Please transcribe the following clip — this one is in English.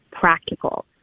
practical